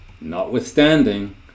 Notwithstanding